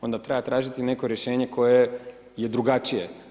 Onda treba tražiti neko rješenje koje je drugačije.